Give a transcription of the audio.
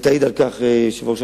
ותעיד על כך היושבת-ראש,